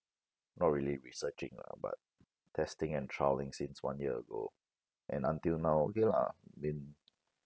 not really researching lah but testing and trialing since one year ago and until now okay lah I mean